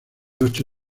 ocho